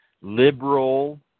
liberal